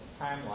timeline